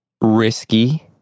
risky